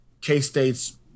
K-State's